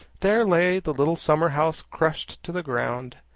there lay the little summer-house crushed to the ground,